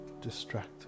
distracted